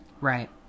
Right